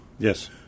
Yes